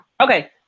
Okay